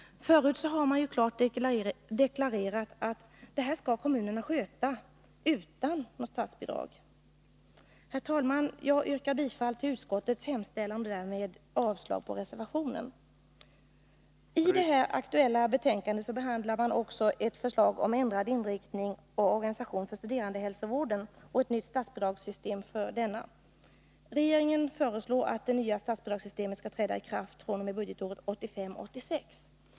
Förut har man ju klart deklarerat att detta är något som kommunerna skall sköta utan statsbidrag. Herr talman! Jag yrkar bifall till utskottets hemställan och därmed avslag på reservationen. I det nu aktuella betänkandet behandlas också förslag om ändrad inriktning av och organisation för studerandehälsovården och ett nytt statsbidragssystem för denna.